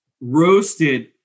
roasted